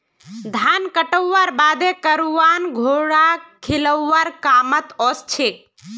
धान कुटव्वार बादे करवान घोड़ाक खिलौव्वार कामत ओसछेक